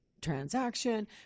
transaction